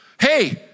Hey